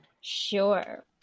Sure